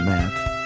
Matt